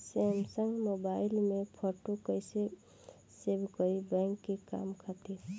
Samsung mobile में photo कैसे save करीं बैंक के काम खातिर?